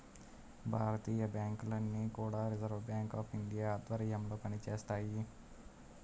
భారతీయ బ్యాంకులన్నీ కూడా Reserve Bank of India ఆధ్వర్యంలో పనిచేస్తాయి